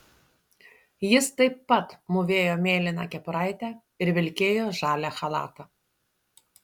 jis taip pat mūvėjo mėlyną kepuraitę ir vilkėjo žalią chalatą